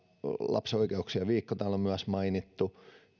lapsen oikeuksien viikko täällä on myös mainittu